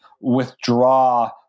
withdraw